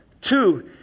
Two